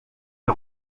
les